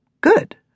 Good